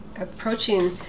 approaching